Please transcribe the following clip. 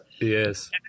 Yes